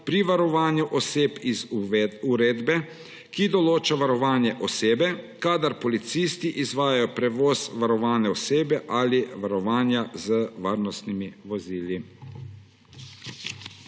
pri varovanju oseb iz uredbe, ki določa varovanje osebe, kadar policisti izvajajo prevoz varovane osebe ali varovanja z varnostnimi vozili.